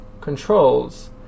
controls